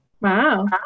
Wow